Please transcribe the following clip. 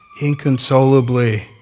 inconsolably